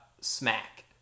smack